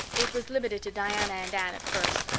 it was limited to diana and anne at first,